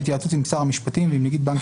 בהתייעצות עם שר המשפטים ועם נגיד בנק